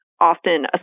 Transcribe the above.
often